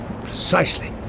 Precisely